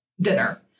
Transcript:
dinner